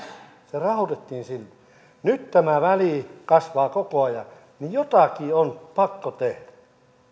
se rahoitettiin sillä nyt tämä väli kasvaa koko ajan niin että jotakin on pakko tehdä